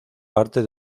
parte